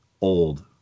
old